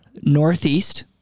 Northeast